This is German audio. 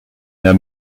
herr